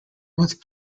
north